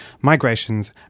migrations